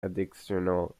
additional